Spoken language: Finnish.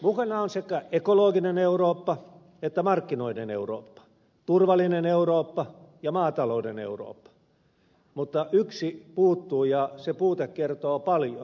mukana on sekä ekologinen eurooppa että markkinoiden eurooppa turvallinen eurooppa ja maatalouden eurooppa mutta yksi puuttuu ja se puute kertoo paljon